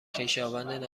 خویشاوند